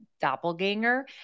doppelganger